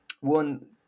one